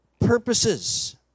purposes